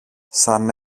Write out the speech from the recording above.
σαν